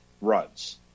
runs